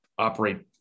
operate